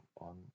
on